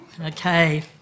Okay